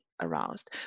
aroused